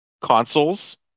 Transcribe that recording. consoles